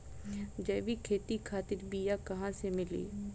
जैविक खेती खातिर बीया कहाँसे मिली?